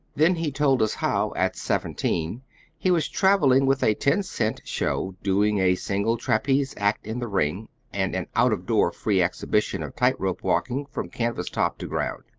then he told us how at seventeen he was traveling with a ten-cent show, doing a single trapeze act in the ring and an out-of-door free exhibition of tight-rope walking from canvas top to ground.